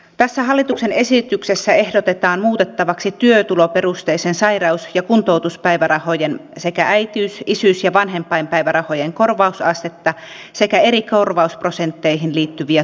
tässä hallituksen esityksessä ehdotetaan muutettavaksi työtuloperusteisten sairaus ja kuntoutuspäivärahojen sekä äitiys isyys ja vanhempainpäivärahojen korvausastetta sekä eri korvausprosentteihin liittyviä tulorajoja